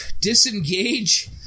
Disengage